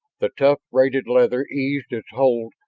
the tough, braided leather eased its hold,